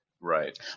Right